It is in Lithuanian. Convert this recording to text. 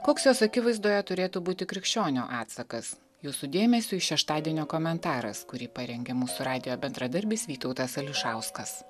koks jos akivaizdoje turėtų būti krikščionio atsakas jūsų dėmesiui šeštadienio komentaras kurį parengė mūsų radijo bendradarbis vytautas ališauskas